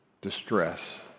distress